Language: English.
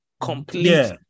complete